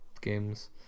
games